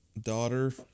daughter